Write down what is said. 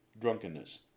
drunkenness